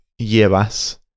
llevas